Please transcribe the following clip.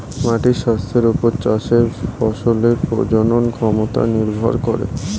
মাটির স্বাস্থ্যের ওপর চাষের ফসলের প্রজনন ক্ষমতা নির্ভর করে